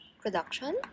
Production